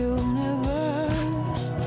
universe